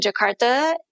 Jakarta